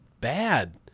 bad